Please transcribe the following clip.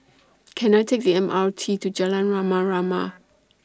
Can I Take The M R T to Jalan Rama Rama